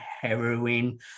heroin